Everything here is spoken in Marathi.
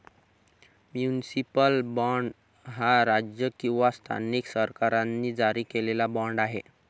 म्युनिसिपल बाँड हा राज्य किंवा स्थानिक सरकारांनी जारी केलेला बाँड आहे